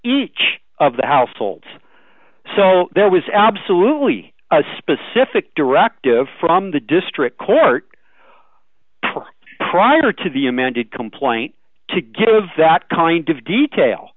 each of the households so there was absolutely a specific directive from the district court prior to the amended complaint to give that kind of detail